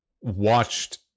watched